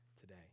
today